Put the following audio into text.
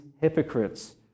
hypocrites